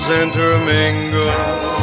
intermingle